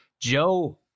Joe